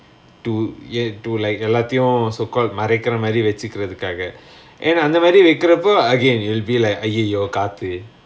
two ya to like எல்லாத்தயும்:ellathayum so called மறைக்குர மாரி வசிக்குறதுக்காக ஏன்னா அந்த மாரி வைக்குரபோ:maraikura maari vachikurathukaaga yaennaa antha maari vaikurapo again it'll be like !aiyoyo! காத்து:kaathu